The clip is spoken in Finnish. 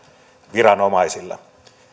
viranomaisille